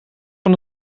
van